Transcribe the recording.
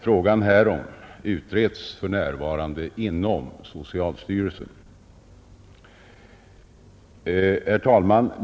Frågan härom utreds för närvarande inom socialstyrelsen. Herr talman!